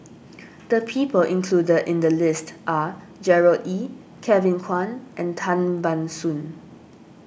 the people included in the list are Gerard Ee Kevin Kwan and Tan Ban Soon